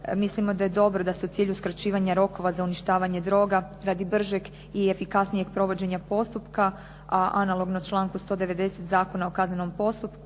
mislimo da je dobro da se u cilju skraćivanja rokova za uništavanje droga radi bržeg i efikasnijeg provođenja postupka a analogno članku 190. Zakona o kaznenom postupku